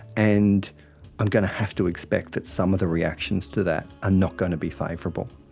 and i'm going to have to expect that some of the reactions to that are not going to be favourable.